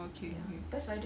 oh okay okay